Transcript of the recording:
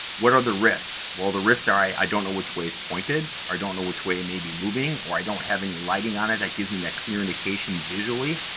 what are the risks? well, the risks are i don't know which way it's pointed. i don't know which way it may be moving, or i don't have any lighting on it that gives me that clear indication visually.